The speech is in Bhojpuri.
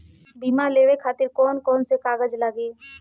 बीमा लेवे खातिर कौन कौन से कागज लगी?